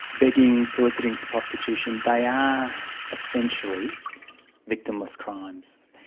begging, soliciting for prostitution, they are essentially victimless crimes,